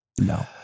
No